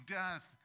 death